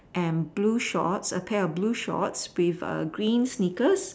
and blue shorts a pair of blue shorts with a green sneakers